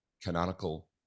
canonical